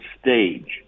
stage